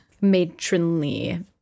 matronly